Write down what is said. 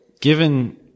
given